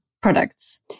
products